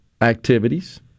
activities